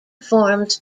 forms